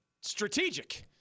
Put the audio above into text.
strategic